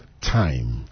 time